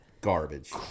Garbage